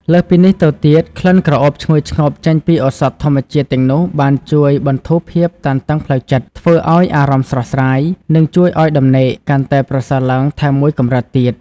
លើសពីនេះទៅទៀត ក្លិនក្រអូបឈ្ងុយឈ្ងប់ចេញពីឱសថធម្មជាតិទាំងនោះបានជួយបន្ធូរភាពតានតឹងផ្លូវចិត្ត ធ្វើឲ្យអារម្មណ៍ស្រស់ស្រាយ និងជួយឲ្យដំណេកកាន់តែប្រសើរឡើងថែមមួយកម្រិតទៀត។